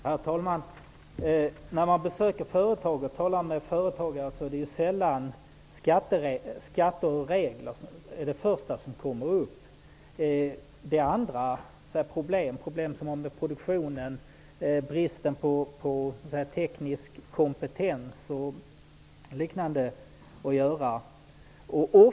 Herr talman! När man besöker företag och talar med företagare tar de sällan upp skatter och regler först. Det är andra problem, som har att göra med produktionen, bristen på teknisk kompetens och liknande.